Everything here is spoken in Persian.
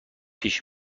پیش